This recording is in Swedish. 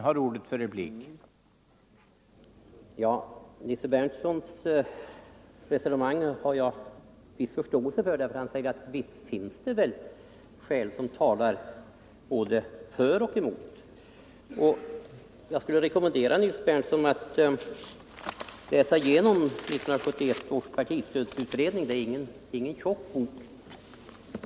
Herr talman! Nils Berndtsons resonemang har jag viss förståelse för. Han säger att visst finns det väl skäl som talar både för och emot. Jag skulle vilja rekommendera Nils Berndtson att läsa igenom 1971 års partistödsutredning — det är ingen tjock bok.